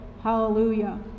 Hallelujah